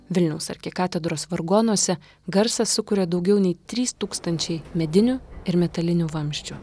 vilniaus arkikatedros vargonuose garsą sukuria daugiau nei trys tūkstančiai medinių ir metalinių vamzdžių